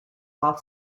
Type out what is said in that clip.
while